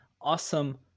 awesome